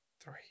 three